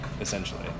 essentially